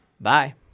Bye